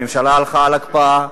הממשלה הלכה על הקפאה,